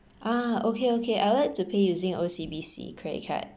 ah okay okay I will like to pay using O_C_B_C credit card